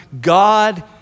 God